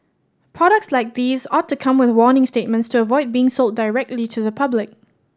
products like these ought to come with warning statements to avoid being sold directly to the public